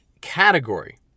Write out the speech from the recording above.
category